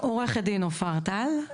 אני עורכת הדין נופר טל,